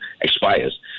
expires